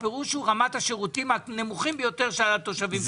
אתה בעצם אומר שמדובר ברמת השירותים הנמוכה ביותר שהתושבים קיבלו.